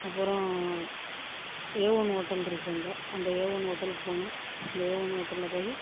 அப்புறம் A one hotel இருக்குது அங்கே அந்த ஒன் ஹோட்டலுக்கு போனோம் அந்த ஒன் ஹோட்டல்ல போய்